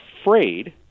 afraid